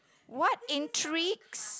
what intrigues